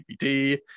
DVD